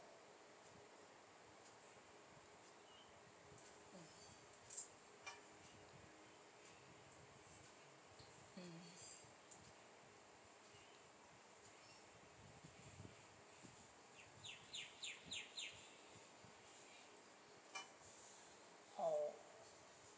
mm mm oh